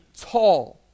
tall